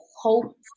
Hope